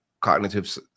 cognitive